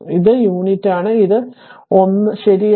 ഇത് യൂണിറ്റാണ് ഇതും 1 ശരിയാണ്